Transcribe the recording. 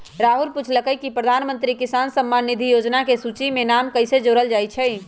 राहुल पूछलकई कि प्रधानमंत्री किसान सम्मान निधि योजना के सूची में नाम कईसे जोरल जाई छई